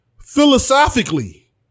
philosophically